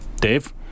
Dave